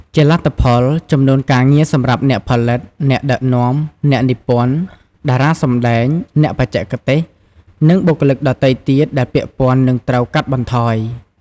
ជាលទ្ធផល ចំនួនការងារសម្រាប់អ្នកផលិត អ្នកដឹកនាំ អ្នកនិពន្ធ តារាសម្ដែង អ្នកបច្ចេកទេស និងបុគ្គលិកដទៃទៀតដែលពាក់ព័ន្ធនឹងត្រូវកាត់បន្ថយ។